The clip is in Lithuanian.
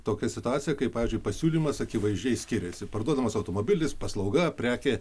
tokia situacija kai pavyzdžiui pasiūlymas akivaizdžiai skiriasi parduodamas automobilis paslauga prekė